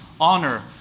honor